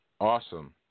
Awesome